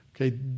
Okay